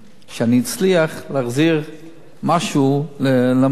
שאצליח להחזיר משהו למדינה.